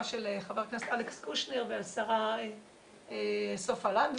של חבר הכנסת אלכס קושניר והשרה סופה לנדבר.